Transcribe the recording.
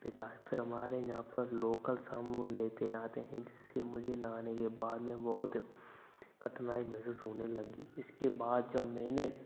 पिता है फिर हमारे यहाँ पर लोकल साबुन लेते आते हैं जिससे मुझे नहाने के बाद में बहुत कठिनाई महसूस होने लगी इसके बाद जब मैंने